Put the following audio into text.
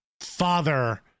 father